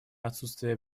отсутствия